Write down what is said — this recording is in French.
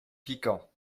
piquant